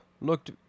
looked